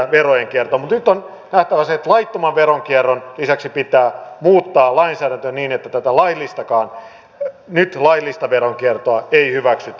mutta nyt on nähtävä se että laittoman veronkierron lisäksi pitää muuttaa lainsäädäntöä niin että tätä laillistakaan nyt laillista veronkiertoa ei hyväksytä